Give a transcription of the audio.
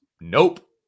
Nope